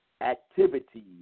activities